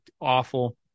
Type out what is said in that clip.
awful